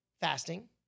Fasting